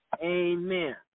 Amen